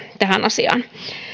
tähän asiaan